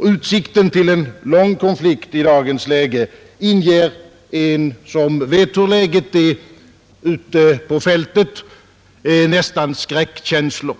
Risken för en lång konflikt i dagens läge inger den som vet hur läget är ute på fältet nästan skräckkänslor.